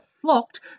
flocked